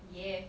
yeah